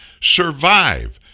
survive